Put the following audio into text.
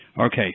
okay